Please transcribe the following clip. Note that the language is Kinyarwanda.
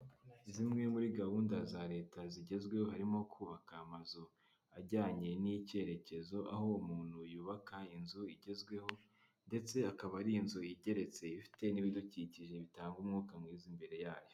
Zimwe muri gahunda za leta zigezweho harimo kubaka amazu ajyanye n'icyerekezo, aho uwo umuntu yubaka inzu igezweho ndetse akaba ari inzu igeretse ifite n'ibidukikije bitanga umwuka mwiza imbere yayo.